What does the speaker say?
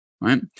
right